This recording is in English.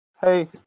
Hey